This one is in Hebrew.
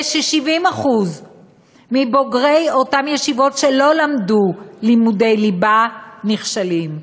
ש-70% מבוגרי אותם ישיבות שלא למדו לימודי ליבה נכשלים.